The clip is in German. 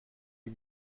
wie